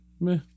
meh